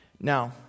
Now